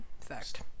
Fact